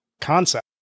concept